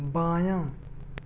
بایاں